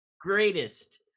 greatest